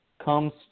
comes